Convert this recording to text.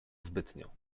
zbytnio